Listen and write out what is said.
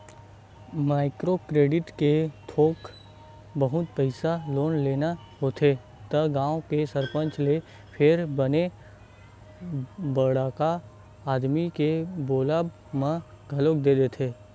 micro credit ले थोक बहुत पइसा लोन लेना होथे त गाँव के सरपंच ते फेर बने बड़का आदमी के बोलब म घलो दे देथे